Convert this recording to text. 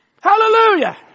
Hallelujah